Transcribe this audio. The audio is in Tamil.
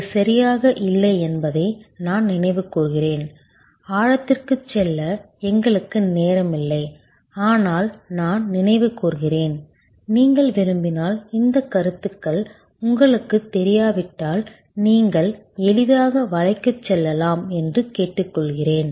இது சரியாக இல்லை என்பதை நான் நினைவு கூர்கிறேன் ஆழத்திற்குச் செல்ல எங்களுக்கு நேரம் இல்லை ஆனால் நான் நினைவு கூர்கிறேன் நீங்கள் விரும்பினால் இந்த கருத்துக்கள் உங்களுக்குத் தெரியாவிட்டால் நீங்கள் எளிதாக வலைக்குச் செல்லலாம் என்று கேட்டுக்கொள்கிறேன்